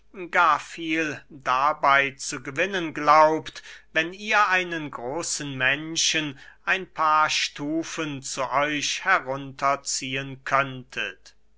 gar viel dabey zu gewinnen glaubt wenn ihr einen großen menschen ein paar stufen zu euch herunter ziehen könntet